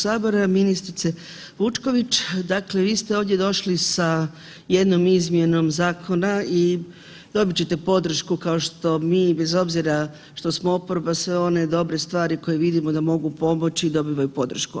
Ministrice Vučković, dakle vi ste ovdje došli sa jednom izmjenom zakona i dobit ćete podršku kao što mi bez obzira što smo oporba sve one dobre stvari koje vidimo da mogu pomoći dobivaju podršku.